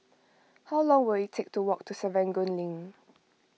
how long will it take to walk to Serangoon Link